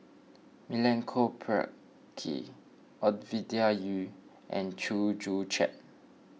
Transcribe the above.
Milenko Prvacki Ovidia Yu and Chew Joo Chiat